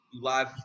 live